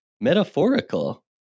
metaphorical